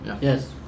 Yes